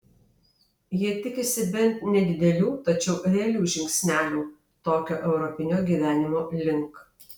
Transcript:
jie tikisi bent nedidelių tačiau realių žingsnelių tokio europinio gyvenimo link